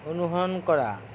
অনুসৰণ কৰা